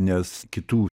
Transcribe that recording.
nes kitų